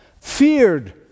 feared